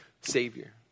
Savior